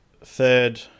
third